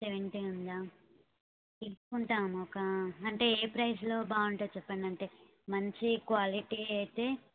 seventy ఉందా తీసుకుంటాము ఒక అంటే ఏ ప్రెస్లో బాగుంటుందో చెప్పండి అంటే మంచి క్వాలిటీ అయితే